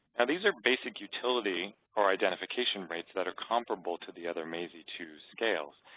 and these are basic utility or identification rates that are comparable to the other maysi two scales,